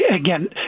again